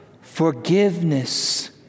forgiveness